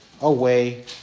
away